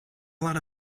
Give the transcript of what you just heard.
lot